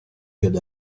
get